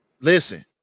listen